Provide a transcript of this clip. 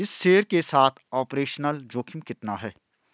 इस शेयर के साथ ऑपरेशनल जोखिम कितना है?